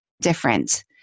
different